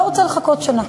לא רוצה לחכות שנה.